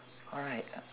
all right